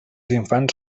infants